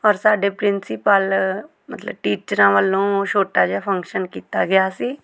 ਔਰ ਸਾਡੇ ਪ੍ਰਿੰਸੀਪਲ ਮਤਲਬ ਟੀਚਰਾਂ ਵੱਲੋਂ ਛੋਟਾ ਜਿਹਾ ਫੰਕਸ਼ਨ ਕੀਤਾ ਗਿਆ ਸੀ